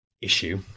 issue